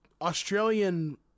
Australian